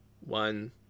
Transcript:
one